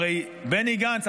הרי בני גנץ,